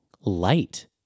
light